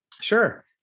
Sure